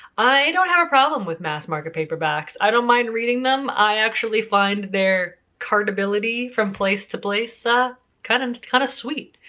i don't have a problem with mass market paperbacks. i don't mind reading them. i actually find their cart-ability from place to place ah kind of, kind of sweet.